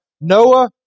Noah